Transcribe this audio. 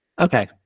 okay